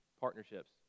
partnerships